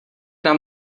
nám